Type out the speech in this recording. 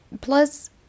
plus